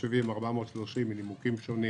370 שקל יהיה 430 שקל, מנימוקים שונים